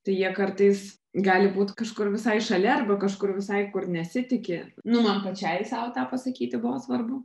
tai jie kartais gali būt kažkur visai šalia arba kažkur visai kur nesitiki nu man pačiai sau tą pasakyti buvo svarbu